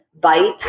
bite